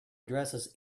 addresses